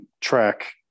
track